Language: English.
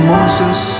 Moses